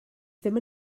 ddim